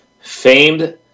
famed